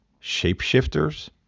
shapeshifters